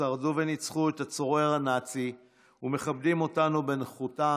ששרדו וניצחו את הצורר הנאצי ומכבדים אותנו בנוכחותם,